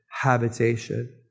habitation